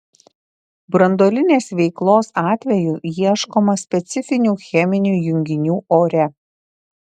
branduolinės veiklos atveju ieškoma specifinių cheminių junginių ore